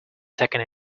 taking